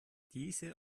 diese